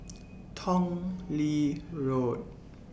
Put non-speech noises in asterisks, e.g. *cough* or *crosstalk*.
*noise* Tong Lee Road